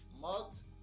mugs